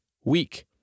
weak